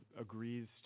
agrees